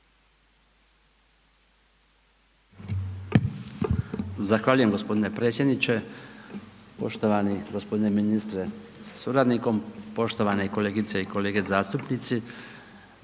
Zahvaljujem g. predsjedniče. Poštovani g. ministre sa suradnikom, poštovane kolegice i kolege zastupnici,